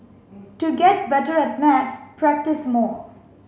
to get better at maths practise more